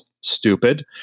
stupid